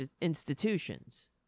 institutions